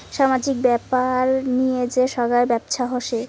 সামাজিক ব্যাপার নিয়ে যে সোগায় ব্যপছা হসে